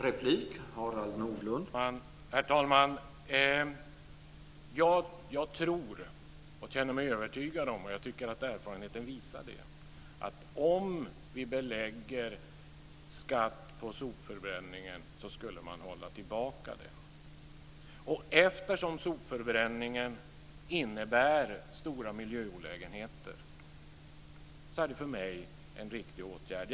Herr talman! Ja, jag tror och känner mig övertygad om det. Jag tycker att erfarenheten visar att om vi belägger sopförbränningen med skatt skulle man hålla tillbaka den. Eftersom sopförbränningen innebär stora miljöolägenheter är det för mig en riktig åtgärd.